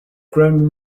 grown